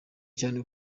cyane